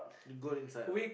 the goal inside ah